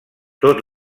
tot